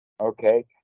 Okay